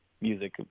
music